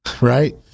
right